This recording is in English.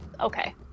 okay